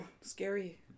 Scary